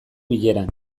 bileran